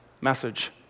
message